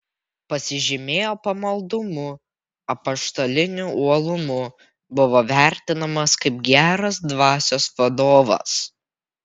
pasižymėjo pamaldumu apaštaliniu uolumu buvo vertinamas kaip geras dvasios vadovas